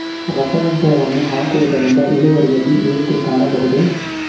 ರಸಗೊಬ್ಬರವನ್ನು ಹಾಕುವುದರಿಂದ ಇಳುವರಿಯಲ್ಲಿ ಏರಿಕೆ ಕಾಣಬಹುದೇ?